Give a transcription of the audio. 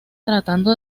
tratando